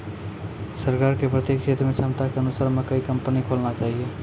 सरकार के प्रत्येक क्षेत्र मे क्षमता के अनुसार मकई कंपनी खोलना चाहिए?